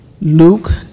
Luke